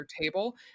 table